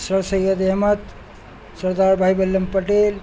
سر Syed Ahmad Sardar Bhai Ballabh Patel